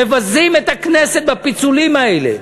מבזים את הכנסת בפיצולים האלה.